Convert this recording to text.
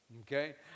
Okay